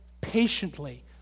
patiently